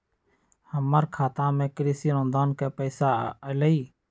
हमर खाता में कृषि अनुदान के पैसा अलई?